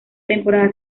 temporada